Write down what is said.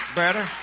better